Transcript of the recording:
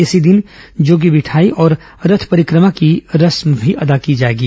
इसी दिन जोगी बिठाई और रथ परिक्रमा की रस्म भी अदा की जाएगी